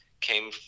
came